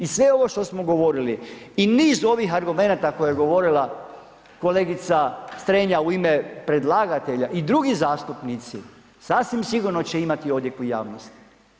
I sve ovo što smo govorili i niz ovih argumenata koje je govorila kolegica Strenja u ime predlagatelja i drugi zastupnici sasvim sigurno će imati odjek u javnosti.